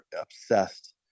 obsessed